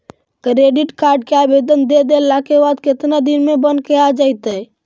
Credit card के आवेदन दे देला के बाद केतना दिन में बनके आ जइतै?